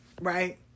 right